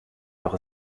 doch